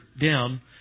down